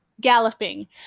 galloping